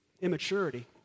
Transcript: immaturity